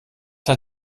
hat